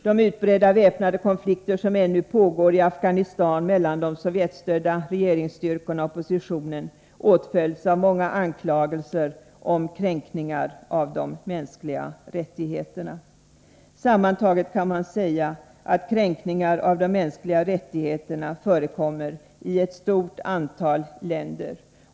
De utbredda väpnade konflikter som ännu pågår i Afghanistan mellan de sovjetstödda regeringsstyrkorna och oppositionen åtföljs av många anklagelser om kränkningar av de mänskliga rättigheterna. Sammantaget kan man säga att kränkningar av de mänskliga rättigheterna förekommer i ett stort antal länder.